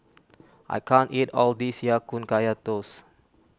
I can't eat all this Ya Kun Kaya Toast